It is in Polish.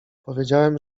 powiedziałem